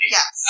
Yes